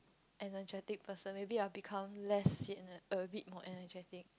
energetic person maybe I'll become less sian a bit more energetic